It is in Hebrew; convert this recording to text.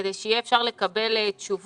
כדי שיהיה אפשר לקבל תשובות.